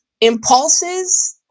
impulses